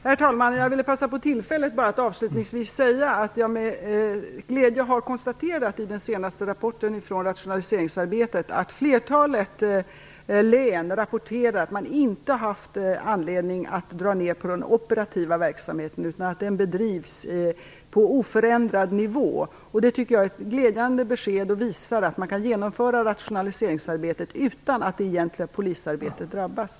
Herr talman! Jag vill passa på tillfället att avslutningsvis säga att jag i den senaste rapporten från rationaliseringsarbetet med glädje har konstaterat att flertalet län rapporterar att man inte haft anledning att dra ned på den operativa verksamheten, utan den bedrivs på oförändrad nivå. Det tycker jag är ett glädjande besked som visar att man kan genomföra rationaliseringsarbetet utan att det egentliga polisarbetet drabbas.